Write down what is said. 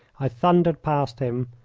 i thundered past him,